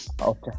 okay